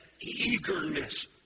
eagerness